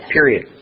period